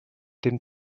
den